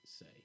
say